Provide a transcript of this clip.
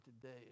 today